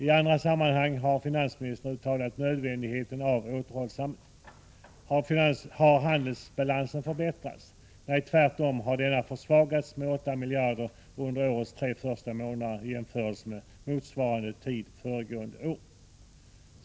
I andra sammanhang har finansministern uttalat nödvändigheten av återhållsamhet. Har handelsbalansen förbättrats? Nej, tvärtom har denna försvagats med 8 miljarder under årets tre första månader i jämförelse med motsvarande tid föregående år.